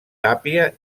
tàpia